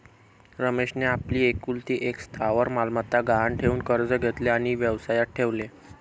रमेशने आपली एकुलती एक स्थावर मालमत्ता गहाण ठेवून कर्ज घेतले आणि व्यवसायात ठेवले